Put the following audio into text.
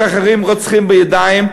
משחררים רוצחים בידיים,